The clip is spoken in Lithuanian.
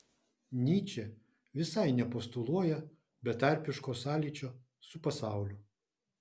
nyčė visai nepostuluoja betarpiško sąlyčio su pasauliu